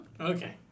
Okay